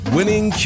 Winning